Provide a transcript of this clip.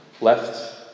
left